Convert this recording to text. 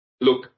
look